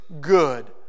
good